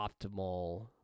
optimal